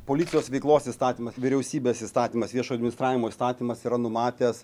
policijos veiklos įstatymas vyriausybės įstatymas viešo administravimo įstatymas yra numatęs